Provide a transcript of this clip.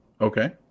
Okay